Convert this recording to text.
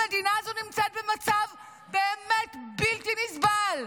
המדינה הזאת נמצאת במצב באמת בלתי נסבל.